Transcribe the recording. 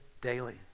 daily